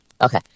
Okay